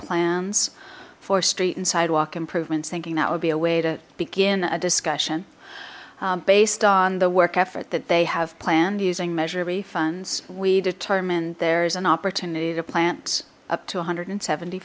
plans for street and sidewalk improvements thinking that would be a way to begin a discussion based on the work effort that they have planned using measure refunds we determined there is an opportunity to plant up to one hundred and seventy